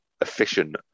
efficient